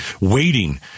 waiting